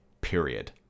period